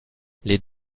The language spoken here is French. les